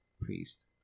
priest